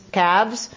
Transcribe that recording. calves